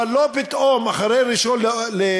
אבל לא פתאום, אחרי 1 בספטמבר.